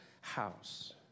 house